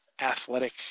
athletic